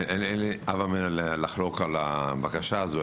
אין לי מה לחלוק על הבקשה הזאת.